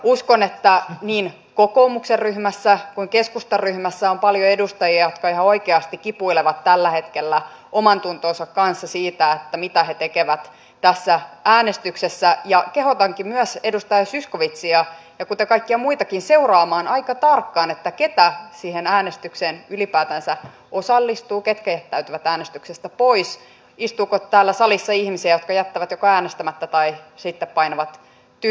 uskon että niin kokoomuksen ryhmässä kuin keskustan ryhmässä on paljon edustajia jotka ihan oikeasti kipuilevat tällä hetkellä omantuntonsa kanssa siitä mitä he tekevät tässä äänestyksessä ja kehotankin myös edustaja zyskowicziä kuten kaikkia muitakin seuraamaan aika tarkkaan ketä siihen äänestykseen ylipäätänsä osallistuu ketkä jättäytyvät äänestyksestä pois istuuko täällä salissa ihmisiä jotka joko jättävät äänestämättä tai sitten painavat tyhjää